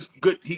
good